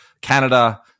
Canada